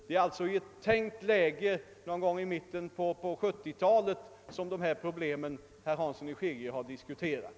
Det är i ett tänkt läge någon gång i mitten på 1970-talet som de problem kan uppstå, vilka herr Hansson har diskuterat.